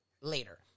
later